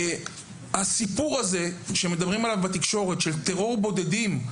הסיפור שמדברים עליו בתקשורת, של טרור בודדים,